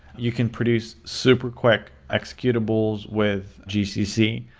you can produce super quick executables with gcc.